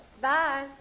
Bye